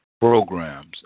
programs